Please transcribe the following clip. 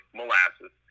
molasses